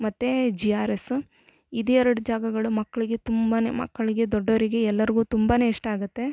ಮತ್ತು G R S ಇದೆರಡು ಜಾಗಗಳು ಮಕ್ಕಳಿಗೆ ತುಂಬಾನೆ ಮಕ್ಕಳಿಗೆ ದೊಡ್ಡೋರಿಗೆ ಎಲ್ಲರಿಗೂ ತುಂಬಾನೇ ಇಷ್ಟ ಆಗುತ್ತೆ